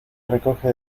recoge